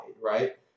Right